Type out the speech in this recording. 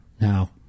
Now